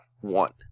One